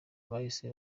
hahise